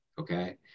okay